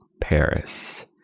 Paris